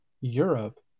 Europe